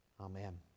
Amen